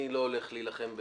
אני לא הולך להילחם,